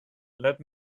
let